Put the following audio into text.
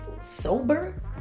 sober